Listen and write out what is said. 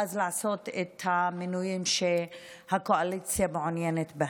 ואז לעשות את המינויים שהקואליציה מעוניינת בהם.